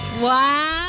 wow